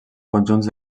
conjunts